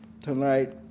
tonight